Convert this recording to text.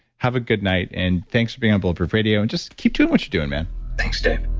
have a good night and thanks for being on bulletproof radio and just keep doing what you're doing, man thanks, dave